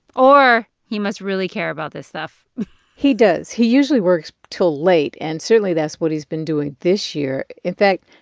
or he must really care about this stuff he does. he usually works until late. and certainly, that's what he's been doing this year. in fact,